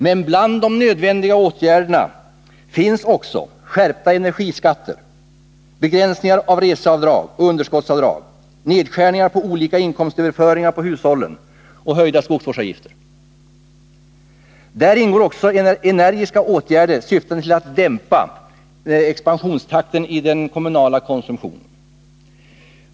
Men bland de nödvändiga åtgärderna finns också skärpta energiskatter, begränsningar av reseavdrag och underskottsavdrag, nedskärningar på olika inkomstöverföringar på hushållen och höjda skogsvårdsavgifter. Där ingår också energiska åtgärder syftande till att dämpa expansionstakten i kommunernas konsumtion.